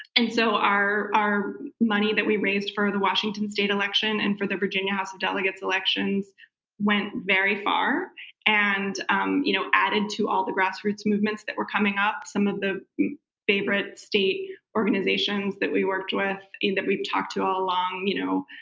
and so our our money that we raised for the washington state election and for the virginia house of delegates elections went very far and um you know added to all the grassroots movements that were coming up. some of the favorite state organizations that we worked with and hat we've talked to all along, you know,